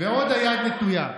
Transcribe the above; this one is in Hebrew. ועוד היד נטויה.